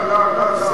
לא, לא, לא.